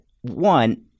one